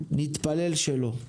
נתפלל שלא.